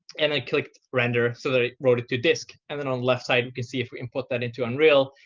and i clicked render so that it wrote it to disk. and then on the left side, you can see if we can put that into unreal,